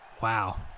Wow